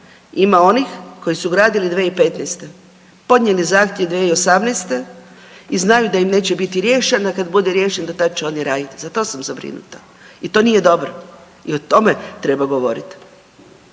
ima onih koji su gradili 2015., podnijeli zahtjev 2018. i znaju da će im biti riješen, a kad bude riješen do tad će oni radit, za to sam zabrinuta i to nije dobro i o tome treba govorit.